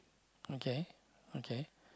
okay okay